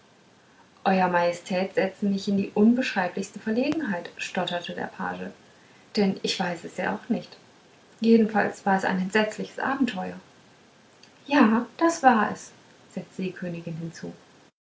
euer majestät setzen mich in die unbeschreiblichste verlegenheit stotterte der page denn ich weiß es auch nicht jedenfalls war es ein entsetzliches abenteuer ja das war es setzte die königin hinzu